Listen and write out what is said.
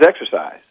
exercise